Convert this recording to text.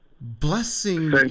Blessing